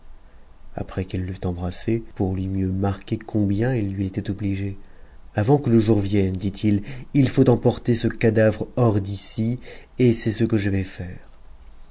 après qu'il l'eut embrassé pour lui mieux marquer combien il lui était obligé avant que le jour vienne dit-il il faut emporter ce cadavre hors d'ici et c'est ce que je vais faire